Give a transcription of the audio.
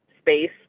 space